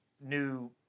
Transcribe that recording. new